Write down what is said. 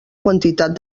quantitat